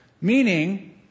Meaning